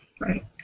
Right